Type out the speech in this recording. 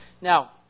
Now